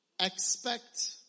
Expect